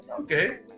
Okay